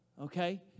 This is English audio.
Okay